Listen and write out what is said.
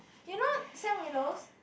you know Sam Willows